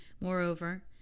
Moreover